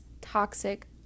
toxic